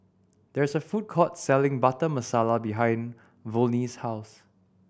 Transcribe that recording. there is a food court selling Butter Masala behind Volney's house